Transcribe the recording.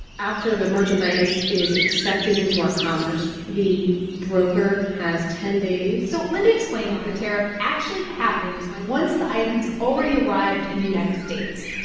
after the merchandise is accepted into our commerce, the broker has ten days. so linda explained the tariff actually happens once the item has already arrived in the united states.